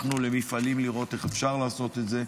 מה שאנחנו בעצם אומרים: הלכנו למפעלים לראות איך אפשר לעשות את זה,